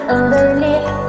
Underneath